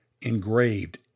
engraved